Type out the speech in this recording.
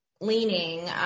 leaning